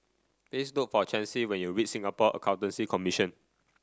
please look for Chancey when you reach Singapore Accountancy Commission